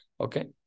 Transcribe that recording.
Okay